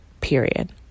period